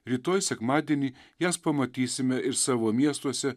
rytoj sekmadienį jas pamatysime ir savo miestuose